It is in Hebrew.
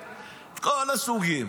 את כל הסוגים.